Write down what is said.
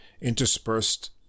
interspersed